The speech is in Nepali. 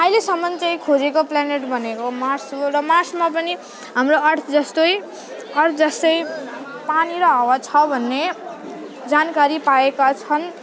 अहिलेसम्म चाहिँ खोजेको प्लानेट भनेको मार्स हो र मार्समा पनि हाम्रो अर्थ जस्तै अर्थ जस्तै पानी र हावा छ भन्ने जानकारी पाएका छन्